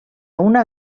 una